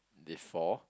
before